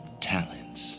talents